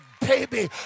baby